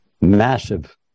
Massive